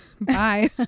bye